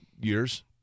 years